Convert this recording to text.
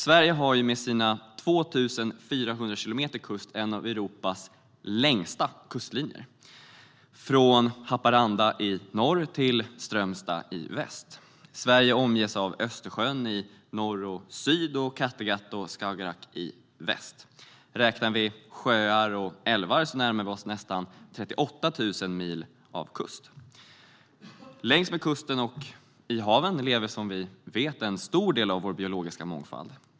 Sverige har med sina 2 400 kilometer kust en av Europas längsta kustlinjer, från Haparanda i norr till Strömstad i väst. Sverige omges av Östersjön i öst och syd och av Kattegatt och Skagerrak i väst. Räknar vi sjöar och älvar närmar vi oss 38 000 mil stränder. Längs med kusten och i haven lever som vi vet en stor del av vår biologiska mångfald.